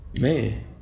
man